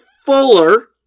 Fuller